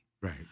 Right